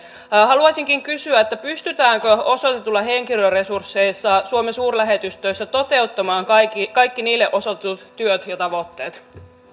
haluaisinkin kysyä pystytäänkö osoitetuilla henkilöresursseilla suomen suurlähetystöissä toteuttamaan kaikki kaikki niille osoitetut työt ja tavoitteet